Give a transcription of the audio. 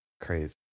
Crazy